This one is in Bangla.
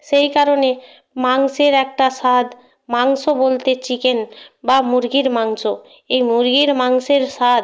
সেই কারণে মাংসের একটা স্বাদ মাংস বলতে চিকেন বা মুরগির মাংস এই মুরগির মাংসের স্বাদ